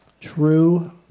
True